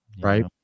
Right